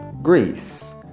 Greece